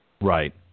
Right